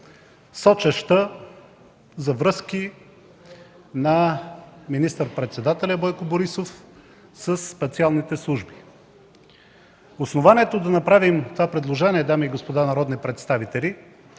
сочеща за връзки на министър-председателя Бойко Борисов със специалните служби. Основанието да направим това предложение, дами и господа народни представители,